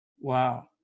Wow